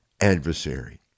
adversary